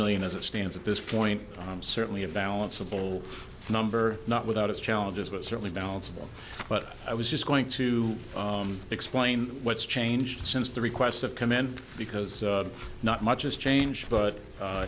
million as it stands at this point i'm certainly a balance of all number not without its challenges but certainly balance of them but i was just going to explain what's changed since the request of command because not much has changed but